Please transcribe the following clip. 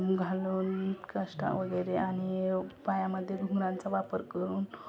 घालून काष्टावगैरे आणि पायामध्ये घुंगरांचा वापर करून